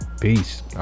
peace